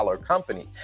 company